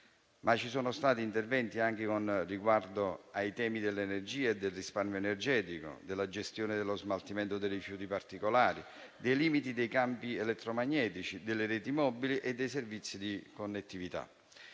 Ci sono stati interventi anche con riguardo ai temi dell'energia e del risparmio energetico, della gestione dello smaltimento dei rifiuti particolari, dei limiti dei campi elettromagnetici, delle reti mobili e dei servizi di connettività.